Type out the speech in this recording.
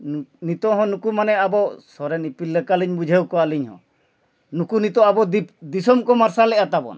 ᱱᱤᱛᱳᱜ ᱦᱚᱸ ᱱᱩᱠᱩ ᱢᱟᱱᱮ ᱟᱵᱚ ᱥᱚᱨᱮᱱ ᱱᱤᱯᱤᱞ ᱞᱮᱠᱟ ᱞᱤᱧ ᱵᱩᱡᱷᱟᱹᱣ ᱠᱚᱣᱟᱞᱤᱧ ᱦᱚᱸ ᱱᱩᱠᱩ ᱱᱤᱛᱳᱜ ᱟᱵᱚ ᱫᱤᱯ ᱫᱤᱥᱚᱢ ᱠᱚ ᱢᱟᱨᱥᱟᱞᱮᱜᱼᱟ ᱛᱟᱵᱚᱱ